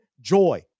joy